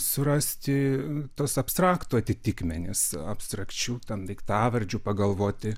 surasti tuos abstraktų atitikmenis abstrakčių ten daiktavardžių pagalvoti